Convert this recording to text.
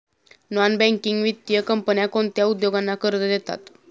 Non banking वित्तीय कंपन्या कोणत्या उद्योगांना कर्ज देतात?